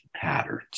patterns